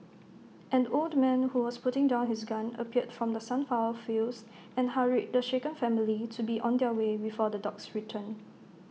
an old man who was putting down his gun appeared from the sunflower fields and hurried the shaken family to be on their way before the dogs return